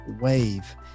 wave